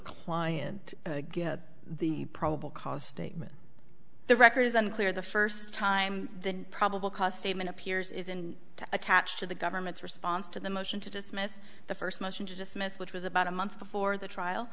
client give the probable cause statement the record is unclear the first time the probable cause statement appears in to attach to the government's response to the motion to dismiss the first motion to dismiss which was about a month before the trial